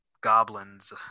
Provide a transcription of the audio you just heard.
goblins